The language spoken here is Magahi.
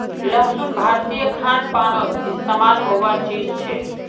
लहसुन भारतीय खान पानोत इस्तेमाल होबार चीज छे